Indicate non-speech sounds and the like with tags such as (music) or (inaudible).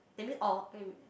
that mean all (noise)